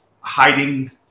hiding